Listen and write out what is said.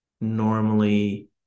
normally